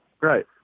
Right